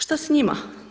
Šta s njima?